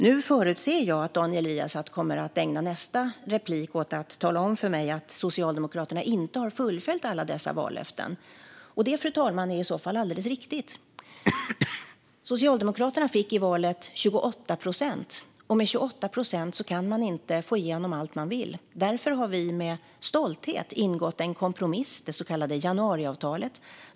Nu förutser jag att Daniel Riazat kommer att ägna nästa inlägg åt att tala om för mig att Socialdemokraterna inte har fullföljt alla dessa vallöften. Det är i så fall alldeles riktigt, fru talman. Socialdemokraterna fick i valet 28 procent. Med 28 procent kan man inte få igenom allt man vill. Därför har vi med stolthet ingått en kompromiss, det så kallade januariavtalet.